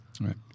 Right